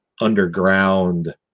underground